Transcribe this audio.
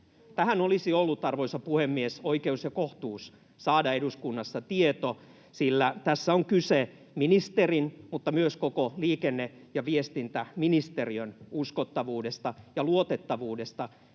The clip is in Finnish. Tähän olisi ollut, arvoisa puhemies, oikeus ja kohtuus saada eduskunnassa tieto, sillä tässä on kyse ministerin ja myös koko liikenne‑ ja viestintäministeriön uskottavuudesta ja luotettavuudesta,